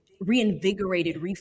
reinvigorated